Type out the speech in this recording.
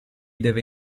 deve